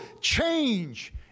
change